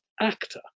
actor